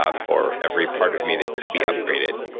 ah for every part of me that could be upgraded.